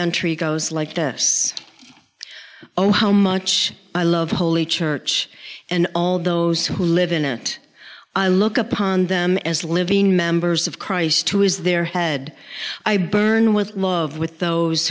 entry goes like this oh how much i love the holy church and all those who live in it i look upon them as living members of christ who is their head i burn with love with those